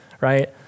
right